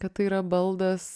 kad tai yra baldas